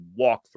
walkthrough